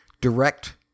direct